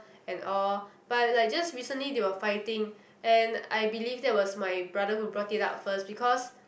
and all but like just recently they were fighting and I believe that was my brother who brought it up first because